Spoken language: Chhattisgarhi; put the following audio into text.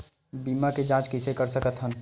बीमा के जांच कइसे कर सकत हन?